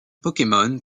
pokémon